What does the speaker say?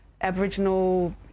Aboriginal